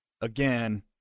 again